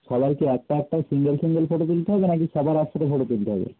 সবাইকে একটা একটা সিঙ্গেল সিঙ্গেল ফটো তুলতে হবে না কি সবার একসাথে ফটো তুলতে হবে